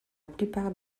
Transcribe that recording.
plupart